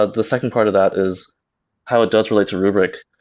ah the second part of that is how it does relates to rubrik.